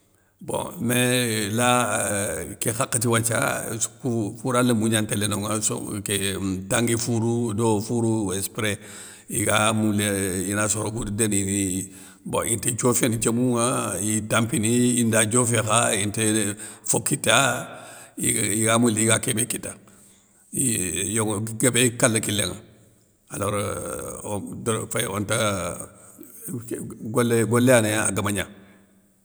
Bon mé la ké hakhati wathia ésskou foura lémou gnan ntélé nonŋa, son nké tangui foourou do fourou esspré, iga moule ina soro kour dénini, bo inta dioféné diomounŋa iy tampini inda diofé kha inte fo kita, igue igamouli iga kébé kita, iy yogo guébé ye kale kilénŋa, alors euuh om dor féyé onta golé golé yané a ga magna.